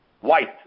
white